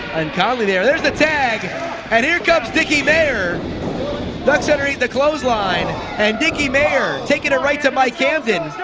and konley there and theres the tag and here comes dicky mayer ducks underneath the clothesline and dicky mayer taking it right to mike camden